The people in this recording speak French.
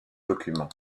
document